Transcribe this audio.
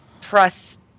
trust